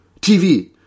TV